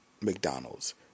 McDonald's